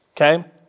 okay